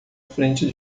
frente